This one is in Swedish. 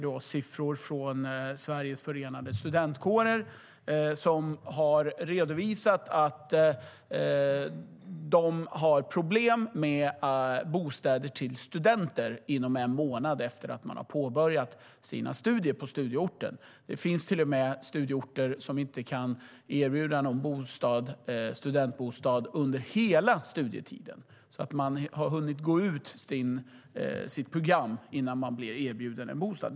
Av siffror som Sveriges förenade studentkårer redovisar framgår att de har problem att inom en månad från det att studenten påbörjat sina studier få fram en bostad på studieorten. Det finns till och med studieorter som inte kan erbjuda studentbostad alls under studietiden. Man har hunnit gå färdigt sitt program innan man blir erbjuden en bostad.